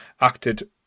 acted